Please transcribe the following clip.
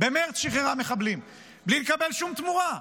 במרץ שחררה מחבלים בלי לקבל שום תמורה.